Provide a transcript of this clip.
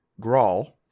Grawl